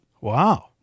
Wow